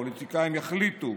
הפוליטיקאים יחליטו,